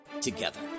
together